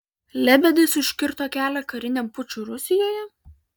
lebedis užkirto kelią kariniam pučui rusijoje